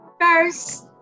First